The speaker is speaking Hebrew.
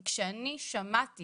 כי כשאני שמעתי